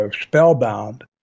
spellbound